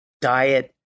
diet